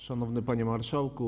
Szanowny Panie Marszałku!